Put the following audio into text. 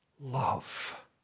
love